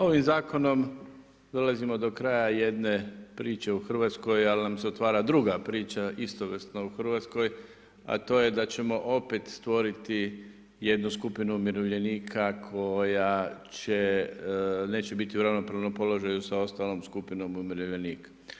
Ovim zakonom dolazimo do kraja jedne priče u Hrvatskoj, ali nam se otvara druga priča istovrsno u Hrvatskoj, a to je da ćemo opet stvoriti jednu skupinu umirovljenika koja neće biti u ravnopravnom položaju sa ostalom skupinom umirovljenika.